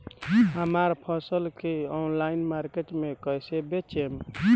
हमार फसल के ऑनलाइन मार्केट मे कैसे बेचम?